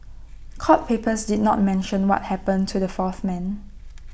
court papers did not mention what happened to the fourth man